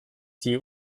sie